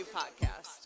podcast